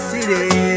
City